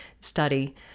study